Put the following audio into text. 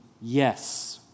Yes